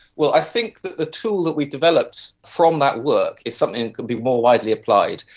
well, i think that the tool that we developed from that work is something that could be more widely applied,